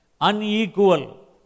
unequal